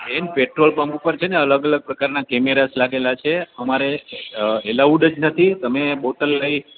બેન પેટ્રોલપંપ ઉપર છે ને અલગ અલગ પ્રકારના કેમેરાસ લાગેલા છે અમારે એલાઉડ જ નથી તમે બોટલ લઈ